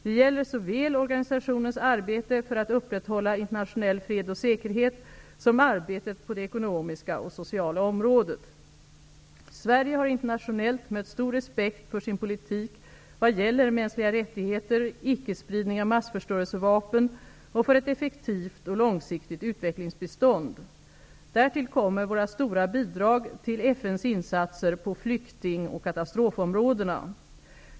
Det gäller såväl organisationens arbete för att upprätthålla internationell fred och säkerhet som arbete på det ekonomiska och sociala området. Sverige har internationellt mött stor respekt för sin politik vad gäller mänskliga rättigheter, ickespridning av massförstörelsevapen och för ett effektivt och långsiktigt utvecklingsbistånd. Därtill kommer våra stora bidrag till FN:s insatser på flykting och katastrofområdena.